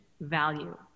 value